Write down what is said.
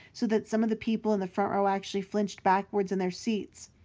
so that some of the people in the front row actually flinched backwards in their seats.